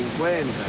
when